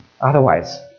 Otherwise